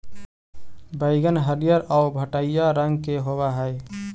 बइगन हरियर आउ भँटईआ रंग के होब हई